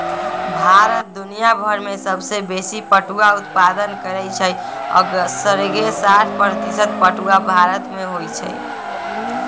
भारत दुनियाभर में सबसे बेशी पटुआ उत्पादन करै छइ असग्रे साठ प्रतिशत पटूआ भारत में होइ छइ